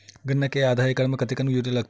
गन्ना के आधा एकड़ म कतेकन यूरिया लगथे?